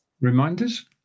Reminders